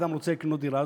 הוא רוצה לקנות דירה,